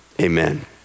amen